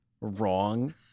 wrong